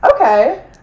Okay